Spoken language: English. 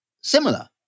similar